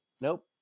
nope